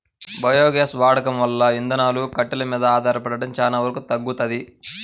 biogas వాడకం వల్ల ఇంధనాలు, కట్టెలు మీద ఆధారపడటం చానా వరకు తగ్గుతది